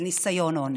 לניסיון אונס.